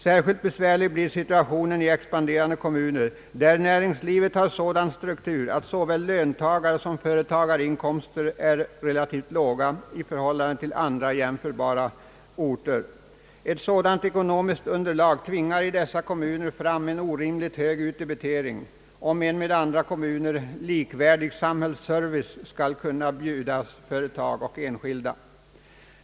Särskilt besvärlig blir situationen i expanderande kommuner där närings livet har sådan struktur att såväl löntagarsom företagsinkomster är relativt låga i förhållande till andra jämförbara orter, Ett sådant ekonomiskt underlag tvingar i dessa kommuner fram en orimligt hög utdebitering om en med andra kommuner likvärdig samhällsservice skall kunna bjudas företag och enskilda.